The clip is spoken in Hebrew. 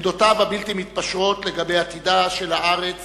עמדותיו הבלתי מתפשרות לגבי עתידה של הארץ